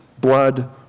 blood